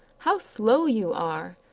how slow you are!